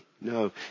No